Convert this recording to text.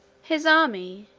his army,